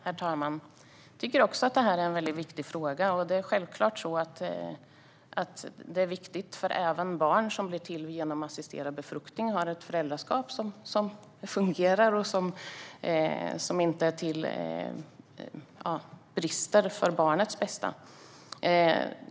Herr talman! Jag tycker också att det är en viktig fråga. För de barn som föds genom assisterad befruktning är det självklart viktigt att föräldraskapet fungerar och är för barnets bästa.